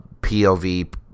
POV